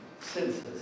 senses